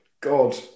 God